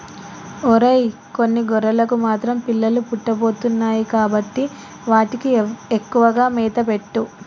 ఒరై కొన్ని గొర్రెలకు మాత్రం పిల్లలు పుట్టబోతున్నాయి కాబట్టి వాటికి ఎక్కువగా మేత పెట్టు